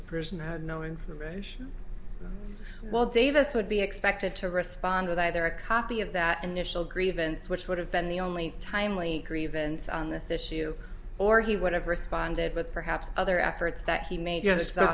the person had no information well davis would be expected to respond with either a copy of that initial grievance which would have been the only timely grievance on this issue or he would have responded with perhaps other efforts that he made y